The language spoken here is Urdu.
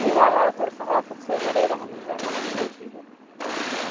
روایات اور ثقافت سے جڑے رہنے میں مدد دیتی ہے